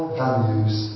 values